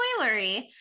spoilery